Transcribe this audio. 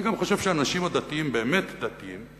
אני גם חושב שהאנשים הדתיים, באמת דתיים,